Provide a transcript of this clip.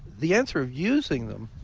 the answer of using them,